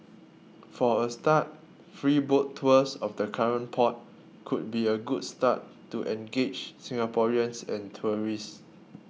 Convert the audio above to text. for a start free boat tours of the current port could be a good start to engage Singaporeans and tourists